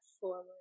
forward